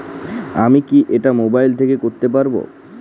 আমি কি এটা মোবাইল থেকে করতে পারবো?